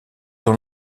dans